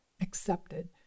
accepted